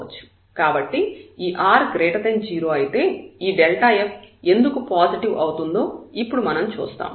కాబట్టి ఈ r0 అయితే ఈ f ఎందుకు పాజిటివ్ అవుతుందో ఇప్పుడు మనం చూస్తాము